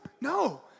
No